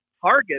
target